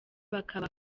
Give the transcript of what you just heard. bakaba